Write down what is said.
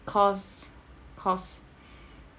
cost cost